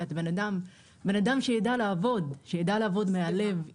אדם שיידע לעבוד מהלב,